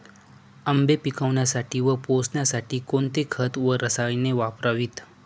आंबे पिकवण्यासाठी व पोसण्यासाठी कोणते खत व रसायने वापरावीत?